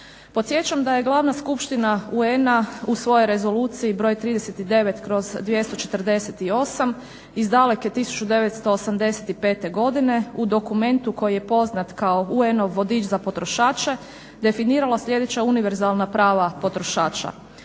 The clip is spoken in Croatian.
Podsjećam da je Glavna skupština UN-a u svojoj Rezoluciji br. 39/248 iz daleke 1985. godine u dokumentu koji je poznat kao UN-ov vodič za potrošače definirala sljedeća univerzalna prava potrošača.